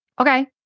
okay